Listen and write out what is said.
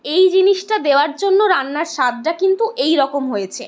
এই জিনিসটা দেওয়ার জন্য রান্নার স্বাদটা কিন্তু এই রকম হয়েছে